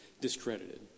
discredited